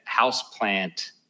Houseplant